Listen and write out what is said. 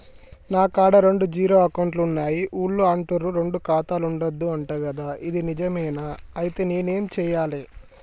నా కాడా రెండు జీరో అకౌంట్లున్నాయి ఊళ్ళో అంటుర్రు రెండు ఖాతాలు ఉండద్దు అంట గదా ఇది నిజమేనా? ఐతే నేనేం చేయాలే?